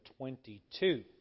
22